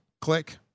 Click